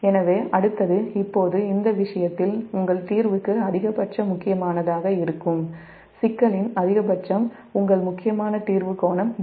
எனவே அடுத்தது இந்த விஷயத்தில் உங்கள் தீர்வுக்கு அதிகபட்ச முக்கியமானதாக இருக்கும் சிக்கலின் அதிகபட்சம் உங்கள் முக்கியமான தீர்வு கோணம் δcr